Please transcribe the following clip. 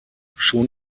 schon